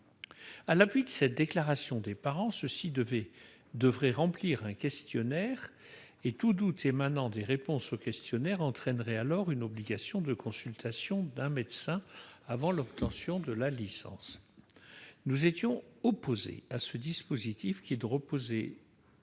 À l'appui de cette déclaration, les parents devaient remplir un questionnaire, et tout doute émanant des réponses aux questions entraînait alors une obligation de consultation d'un médecin avant l'obtention de la licence. Ce dispositif ne reposait